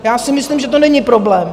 Já si myslím, že to není problém.